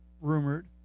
rumored